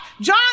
John